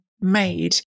made